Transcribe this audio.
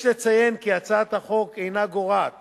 יש לציין כי הצעת החוק אינה גורעת